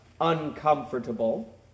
uncomfortable